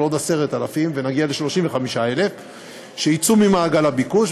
עוד 10,000 ונגיע ל-35,000 שיצאו ממעגל הביקוש,